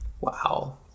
Wow